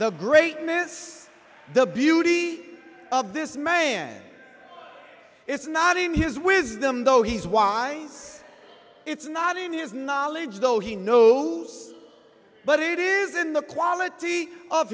the greatness the beauty of this man is not in his wisdom though he's wise it's not in his knowledge though he knows but it is in the quality of